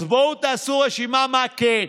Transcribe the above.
אז בואו תעשו רשימה מה כן.